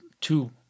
two